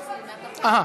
אה,